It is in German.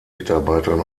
mitarbeitern